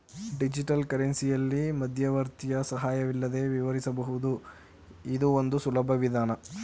digital ಕರೆನ್ಸಿಯಲ್ಲಿ ಮಧ್ಯವರ್ತಿಯ ಸಹಾಯವಿಲ್ಲದೆ ವಿವರಿಸಬಹುದು ಇದು ಒಂದು ಸುಲಭ ವಿಧಾನ